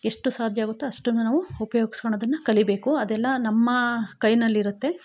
ಎಷ್ಟು ಸಾಧ್ಯವಾಗುತೊ ಅಷ್ಟನ್ನು ನಾವು ಉಪ್ಯೋಗಿಸ್ಕೊಳೊದನ್ನ ಕಲಿಬೇಕು ಅದೆಲ್ಲ ನಮ್ಮ ಕೈನಲ್ಲಿರುತ್ತೆ